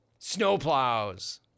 snowplows